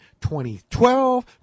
2012